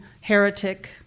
heretic